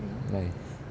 nice